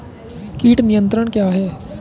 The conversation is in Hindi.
कीट नियंत्रण क्या है?